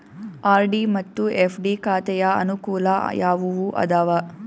RD ಮತ್ತು FD ಖಾತೆಯ ಅನುಕೂಲ ಯಾವುವು ಅದಾವ?